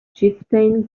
chieftain